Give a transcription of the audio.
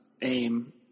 AIM